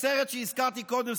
בסרט שהזכרתי קודם,